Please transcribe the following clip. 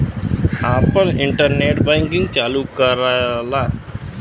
आपन internet banking चालू कराला